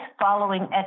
following